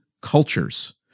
cultures